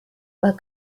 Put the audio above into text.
were